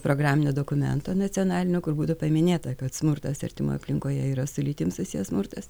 programinio dokumento nacionalinio kur būtų paminėta kad smurtas artimoj aplinkoje yra su lytim susiję smurtas